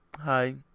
hi